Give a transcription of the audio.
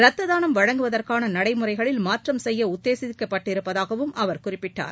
ரத்ததானம் வழங்குவதற்கான நடைமுறைகளில் மாற்றம் செய்ய உத்தேசிக்கப்பட்டிருப்பதாகவும் அவர் குறிப்பிட்டார்